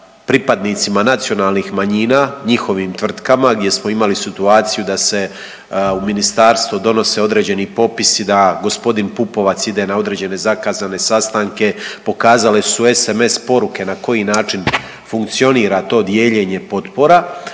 pripadnicima nacionalnih manjina, njihovim tvrtkama gdje smo imali situaciju da se u ministarstvu donose određeni popisi da g. Pupovac ide na određene zakazane sastanke pokazale su SMS poruke na koji način funkcionira to dijeljenje potpora.